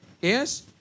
Yes